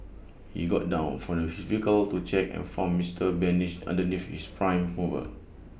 he got down from his vehicle to check and found Mister danish underneath his prime mover